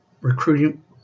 recruiting